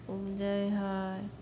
उपजै हइ